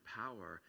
power